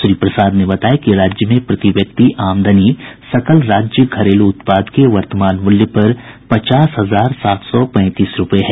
श्री प्रसाद ने बताया कि राज्य में प्रति व्यक्ति आमदनी सकल राज्य घरेलू उत्पाद के वर्तमान मूल्य पर पचास हजार सात सौ पैंतीस रूपये है